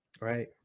right